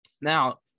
Now